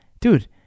Dude